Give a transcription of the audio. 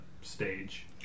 stage